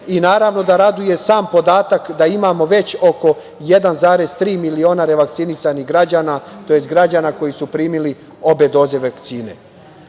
i naravno, da raduje sam podatak da imamo već oko 1,3 miliona revakcinisanih građana, tj. građana koji su primili obe doze vakcine. Na